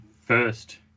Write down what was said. first